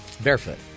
barefoot